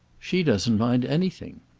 she doesn't mind anything.